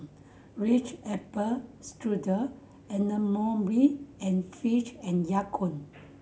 Ritz Apple Strudel Abercrombie and Fitch and Ya Kun